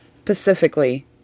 specifically